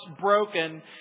broken